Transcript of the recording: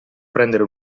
prendere